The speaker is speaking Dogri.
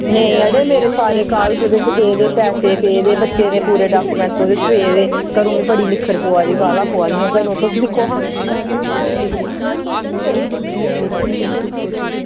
नेईं अड़ेओ मेरे सारे कागज़ ओह्दे बिच्च पेदे पैसे पेदे बच्चें दे पूरे डॉक्यूमेंट्स ओह्दे च पेदे घरूं बड़ी निक्खर पवा दी बड़ी गालां पवा दियां घरूं तुस दिक्खो हां